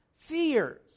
seers